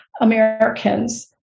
Americans